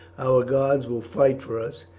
our gods will fight for us.